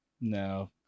No